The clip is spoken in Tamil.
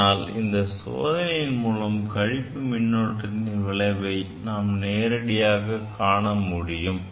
ஆனால் இந்த சோதனையின் மூலம் கழிப்பு மின்னோட்டத்தின் விளைவை அவர்கள் நேரடியாக காண முடியும்